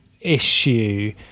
issue